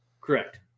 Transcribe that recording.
Correct